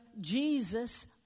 Jesus